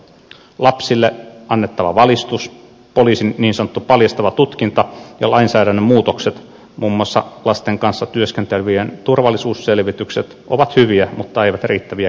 lapsille annettava valistus poliisin niin sanottu paljastava tutkinta ja lainsäädännön muutokset muun muassa lasten kanssa työskentelevien turvallisuusselvitykset ovat hyviä mutta eivät riittäviä keinoja